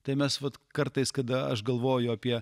tai mes vat kartais kada aš galvoju apie